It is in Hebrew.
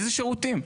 איזה שירותים?